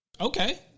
Okay